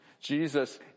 Jesus